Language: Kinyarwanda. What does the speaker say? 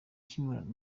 cy’imibonano